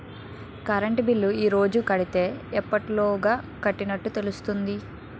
Current bill ఈ రోజు కడితే ఎప్పటిలోగా కట్టినట్టు తెలుస్తుంది?